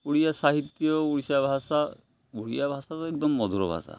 ଓଡ଼ିଆ ସାହିତ୍ୟ ଓଡ଼ିଶା ଭାଷା ଓଡ଼ିଆ ଭାଷା ତ ଏକଦମ ମଧୁର ଭାଷା